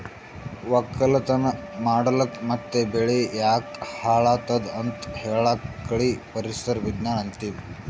ವಕ್ಕಲತನ್ ಮಾಡಕ್ ಮತ್ತ್ ಬೆಳಿ ಯಾಕ್ ಹಾಳಾದತ್ ಅಂತ್ ಹೇಳಾಕ್ ಕಳಿ ಪರಿಸರ್ ವಿಜ್ಞಾನ್ ಅಂತೀವಿ